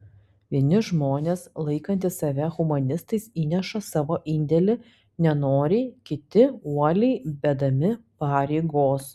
vieni žmonės laikantys save humanistais įneša savo indėlį nenoriai kiti uoliai vedami pareigos